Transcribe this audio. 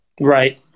Right